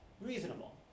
reasonable